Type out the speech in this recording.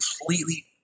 completely